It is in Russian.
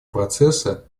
процесса